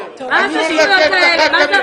מה זה השטויות האלה?